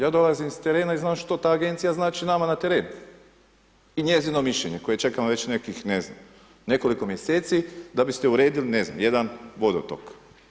Ja dolazim iz terena i znam što ta agencija znači nama na terenu i njezino mišljenje koje čekamo već nekih ne znam nekoliko mjeseci da biste uredili jedan vodotok.